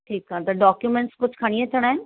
ठीकु आहे तव्हां डाक्यूमेंट्स कुझु खणी अचिणा आहिनि